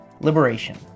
Liberation